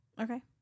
Okay